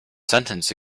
sentence